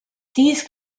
these